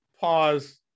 Pause